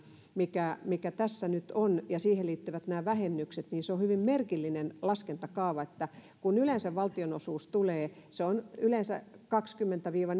mikä mikä tässä nyt on ja nämä siihen liittyvät vähennykset hyvin merkillinen laskentakaava kun yleensä valtionosuus tulee se on yleensä kaksikymmentä viiva